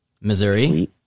Missouri